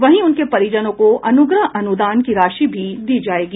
वहीं उनके परिजनों को अनुग्रह अनुदान की राशि भी दी जायेगी